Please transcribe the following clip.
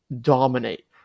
dominate